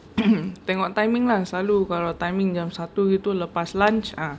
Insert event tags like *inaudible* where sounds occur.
*noise* tengok timing lah selalu kalau timing jam satu gitu lepas lunch ah